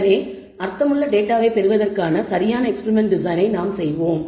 எனவே அர்த்தமுள்ள டேட்டாவை பெறுவதற்கான சரியான எக்ஸ்பிரிமெண்ட் டிசைனை நாம் செய்வோம்